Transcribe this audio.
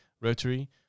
rotary